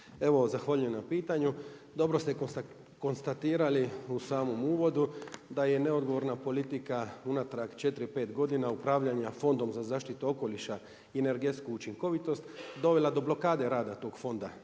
Evo zahvaljujem na pitanju. Dobro ste konstatirali u samom uvodu da je neodgovorna politika unatrag četiri, pet godina upravljanja Fondom za zaštitu okoliša i energetsku učinkovitost dovela do blokade rada tog fonda.